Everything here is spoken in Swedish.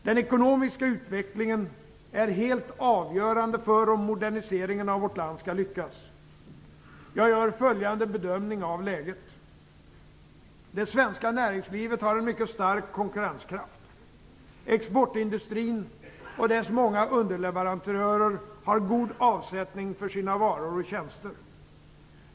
Den ekonomiska utvecklingen är helt avgörande för om moderniseringen av vårt land skall lyckas. Jag gör följande bedömning av läget. Det svenska näringslivet har en mycket stark konkurrenskraft. Exportindustrin och dess många underleverantörer har god avsättning för sina varor och tjänster.